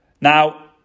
Now